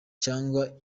cyangwa